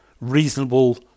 reasonable